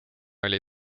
oli